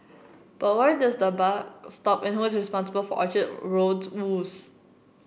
but where does the buck stop and who is responsible for Orchard Road's woes